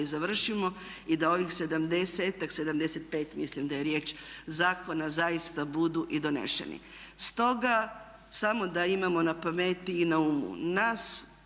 i završimo i da ovih sedamdesetak, 75 mislim da je riječ zakona zaista budu i doneseni. Stoga, samo da imamo na pameti i na umu. Nas